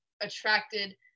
attracted